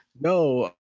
no